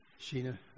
Sheena